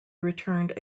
returned